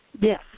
Yes